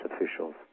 officials